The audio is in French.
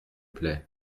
plait